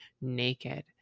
naked